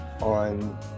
on